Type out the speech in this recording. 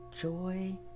Joy